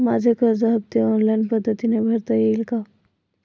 माझे कर्ज हफ्ते ऑनलाईन पद्धतीने भरता येतील का?